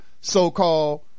so-called